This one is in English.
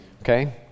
Okay